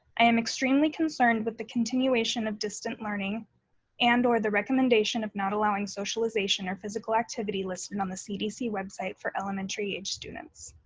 i am extremely concerned that but the continuation of distant learning and or the recommendation of not allowing socialization or physical activity listed on the cdc website for elementary aged students.